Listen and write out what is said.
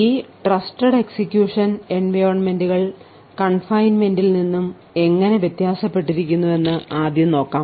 ഈ trusted execution എൻവയോൺമെന്റുകൾ confinement ൽ നിന്ന് എങ്ങനെ വ്യത്യാസപ്പെട്ടിരിക്കുന്നുവെന്ന് ആദ്യം നോക്കാം